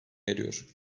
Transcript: eriyor